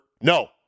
No